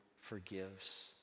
forgives